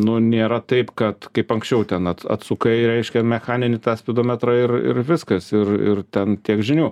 nu nėra taip kad kaip anksčiau ten at atsukai reiškia mechaninį tą spidometrą ir ir viskas ir ir ten tiek žinių